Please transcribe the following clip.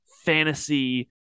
fantasy